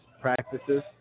practices